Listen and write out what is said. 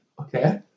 Okay